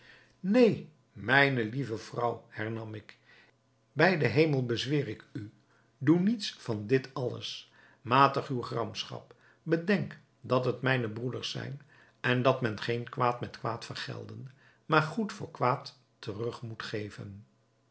neen mijne lieve vrouw hernam ik bij den hemel bezweer ik u doe niets van dit alles matig uwe gramschap bedenk dat het mijne broeders zijn en dat men geen kwaad met kwaad vergelden maar goed voor kwaad terug moet geven